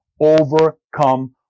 overcome